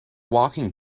walking